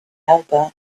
helper